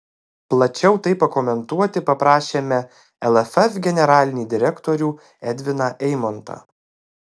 plačiau tai pakomentuoti paprašėme lff generalinį direktorių edviną eimontą